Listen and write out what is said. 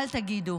"אל תגידו